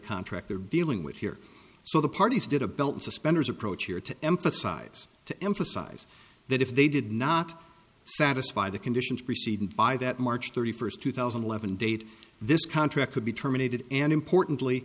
contract they're dealing with here so the parties did a belt suspenders approach here to emphasize to emphasize that if they did not satisfy the conditions preceded by that march thirty first two thousand and eleven date this contract could be terminated and importantly